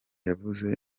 yavuze